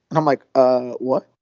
and i'm like, ah what?